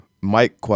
Mike